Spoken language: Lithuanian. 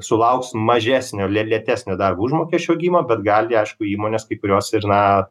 sulauks mažesnio lėtesnio darbo užmokesčio augimo bet gali aišku įmonės kai kurios ir na